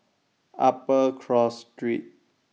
Upper Cross Street